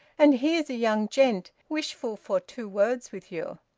and here's a young gent wishful for two words with you.